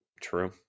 True